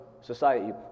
society